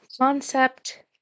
concept